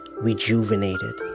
rejuvenated